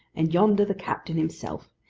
and yonder the captain himself.